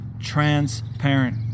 transparent